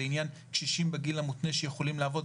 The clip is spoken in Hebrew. לעניין קשישים בגיל המותנה שיכולים לעבוד,